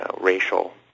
racial